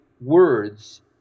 words